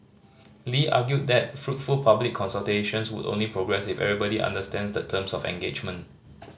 Lee argued that fruitful public consultations would only progress if everybody understands the terms of engagement